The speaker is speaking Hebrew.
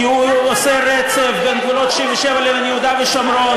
כי הוא עושה רצף בין גבולות 67' ליהודה ושומרון.